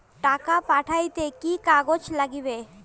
টাকা পাঠাইতে কি কাগজ নাগীবে?